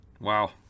Wow